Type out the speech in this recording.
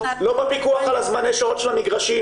לא בפיקוח על זמני השעות של המגרשים,